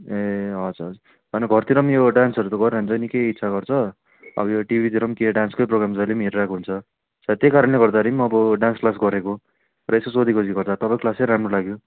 ए हजुर होइन घरतिर पनि यो डान्सहरू त गरिरहन्छ निकै इच्छा गर्छ अब यो टिभीतिर पनि त्यही डान्सकै प्रोग्राम जहिले पनि हेरिरहेको हुन्छ सायद त्यही कारणले गर्दाखेरि पनि अब डान्स क्लास गरेको र यसो सोधी खोजी गर्दा तपाईँको क्लासै राम्रो लाग्यो